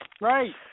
Right